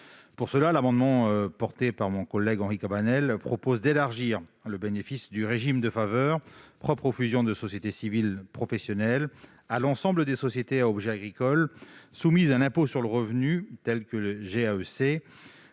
absorbante. L'amendement déposé par mon collègue Henri Cabanel vise à élargir le bénéfice du régime de faveur propre aux fusions de sociétés civiles professionnelles à l'ensemble des sociétés à objet agricole soumises à l'impôt sur le revenu, telles que les